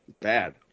bad